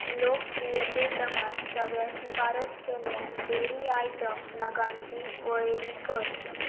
लोकप्रियते प्रमाण सगळ्या शिफारस केल्ल्या डेरी आयटम नगांची वळेरी कर